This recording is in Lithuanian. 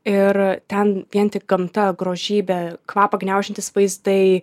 ir ten vien tik gamta grožybė kvapą gniaužiantys vaizdai